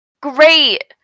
great